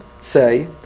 say